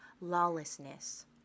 lawlessness